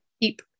keep